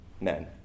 men